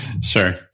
Sure